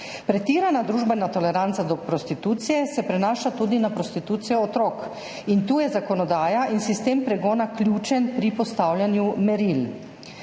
Pretirana družbena toleranca do prostitucije se prenaša tudi na prostitucijo otrok in tu je zakonodaja in sistem pregona ključen pri postavljanju meril.